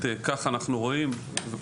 כך אנחנו רואים זאת,